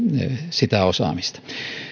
sitä osaamista